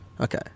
Okay